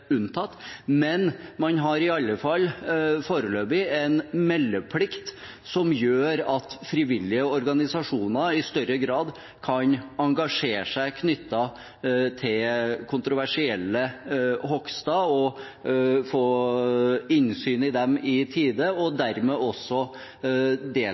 unntatt, men man har i alle fall foreløpig en meldeplikt som gjør at frivillige organisasjoner i større grad kan engasjere seg når det gjelder kontroversielle hogster og få innsyn i dem i tide, og